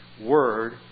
word